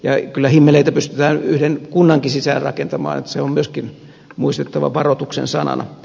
ja kyllä himmeleitä pystytään yhden kunnankin sisään rakentamaan se on myöskin muistettava varoituksen sanana